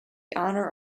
honour